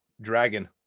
Dragon